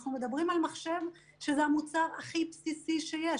אנחנו מדברים על מחשב, שזה המוצר הכי בסיסי שיש.